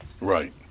Right